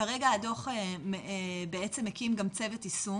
כרגע הדו"ח בעצם מקים גם צוות יישום,